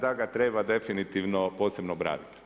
Da ga treba definitivno posebno braniti.